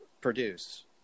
produce